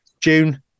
June